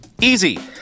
Easy